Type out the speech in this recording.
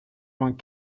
vingt